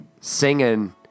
singing